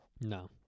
No